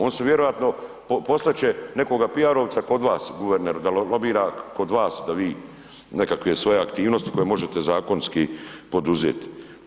On se vjerojatno, poslat će nekoga PR-ovca kod vas guverneru da lobira kod vas, da vi nekakve svoje aktivnosti koje možete zakonski poduzeti.